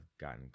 gotten